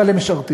אבל הם משרתים.